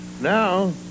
Now